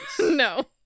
No